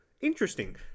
interesting